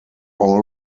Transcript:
all